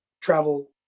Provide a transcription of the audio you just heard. travel